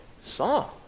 song